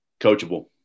Coachable